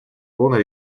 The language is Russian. полной